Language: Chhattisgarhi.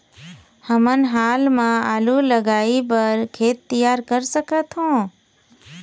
हमन हाल मा आलू लगाइ बर खेत तियार कर सकथों?